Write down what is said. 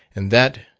and that,